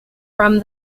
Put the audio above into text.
from